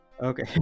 Okay